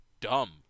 dumb